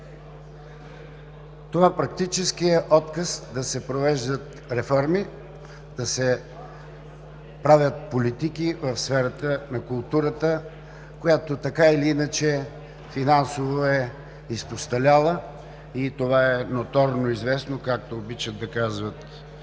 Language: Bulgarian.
Това практически е отказ да се провеждат реформи, да се правят политики в сферата на културата, която така или иначе финансово е изпосталяла и това е ноторно известно, както обичат да казват